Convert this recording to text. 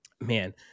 man